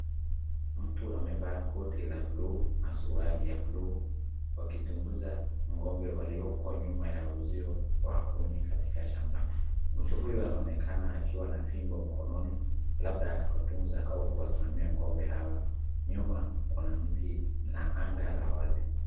Mtu amevaa koti la buluu na suruali ya buluu wakitongoza ng'ombe walioko nyuma ya uzio wa kuni katika shamba. Mtu huyu anaonekana akiwa na fimbo mkoni labda akiwatunza au kuwasiamamia ng'ombe hawa. Nyuma kuna mti na anga la wazi.